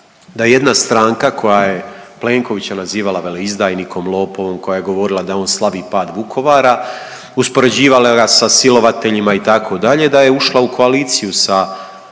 da jedna stranka koja je Plenkovića nazivala veleizdajnikom, lopovom, koja je govorila da on slavi pad Vukovara uspoređivala ga sa silovateljima itd. da je ušla u koaliciju sa tom